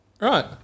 Right